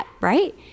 right